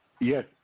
Yes